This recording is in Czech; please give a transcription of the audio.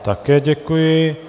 Také děkuji.